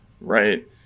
right